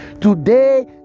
Today